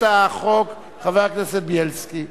התשע"א 2011, של חבר הכנסת זאב בילסקי,